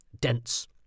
dense